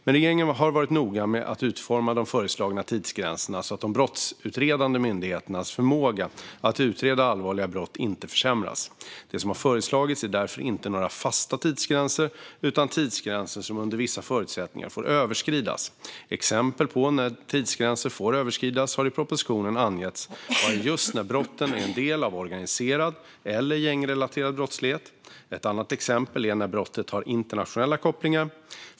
Men regeringen har varit noga med att utforma de föreslagna tidsgränserna så att de brottsutredande myndigheternas förmåga att utreda allvarliga brott inte försämras. Det som har föreslagits är därför inte några fasta tidsgränser, utan tidsgränser som under vissa förutsättningar får överskridas. Exempel på när tidsgränserna får överskridas har i propositionen angetts vara just när brottet är en del av organiserad eller gängrelaterad brottslighet. Ett annat exempel är när brottet har internationella kopplingar.